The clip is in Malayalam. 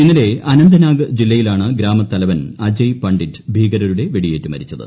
ഇന്നലെ അനന്ത്നാഗ് ജില്ലയിലാണ് ഗ്രാമത്തലവൻ അജയ് പണ്ഡിറ്റ് ഭീകരരുടെ വെടിയേറ്റ് മരിച്ചത്